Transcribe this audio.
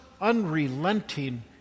unrelenting